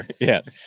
Yes